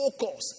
Focus